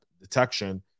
detection